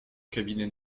cabinet